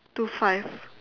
two five